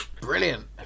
Brilliant